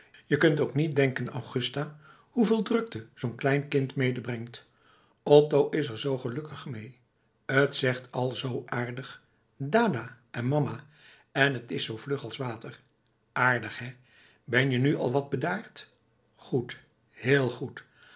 je kunt ook niet denken augusta hoeveel drukte zoo'n klein kind medebrengt otto is er zoo gelukkig mee t zegt al zoo aardig dada en mama en t is zoo vlug als water aardig hé ben je nu al wat bedaard goed heel goed